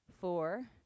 four